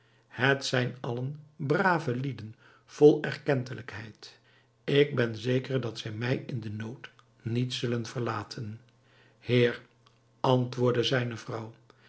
het zijn allen brave lieden vol erkentelijkheid ik ben zeker dat zij mij in den nood niet zullen verlaten heer antwoordde zijne vrouw